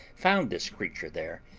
found this creature there,